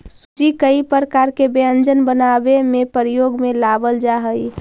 सूजी कई प्रकार के व्यंजन बनावे में प्रयोग में लावल जा हई